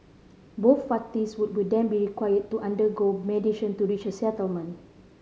both parties would will then be required to undergo mediation to reach a settlement